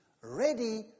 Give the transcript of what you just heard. ready